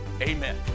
amen